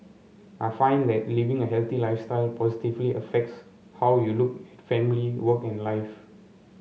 I find that living a healthy lifestyle positively affects how you look family work and life